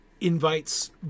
invites